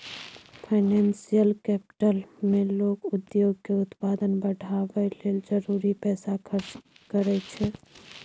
financial capital मे लोक उद्योग के उत्पादन बढ़ाबय लेल जरूरी पैसा खर्च करइ छै